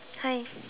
hi